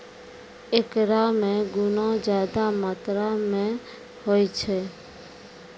एकरा मे गुना ज्यादा मात्रा मे होय छै